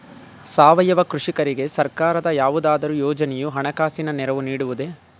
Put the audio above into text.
ಸಾವಯವ ಕೃಷಿಕರಿಗೆ ಸರ್ಕಾರದ ಯಾವುದಾದರು ಯೋಜನೆಯು ಹಣಕಾಸಿನ ನೆರವು ನೀಡುವುದೇ?